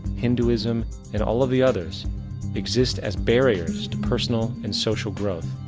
hinduism and all of the others exist as barriers to personal and social growth.